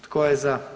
Tko je za?